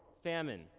famine,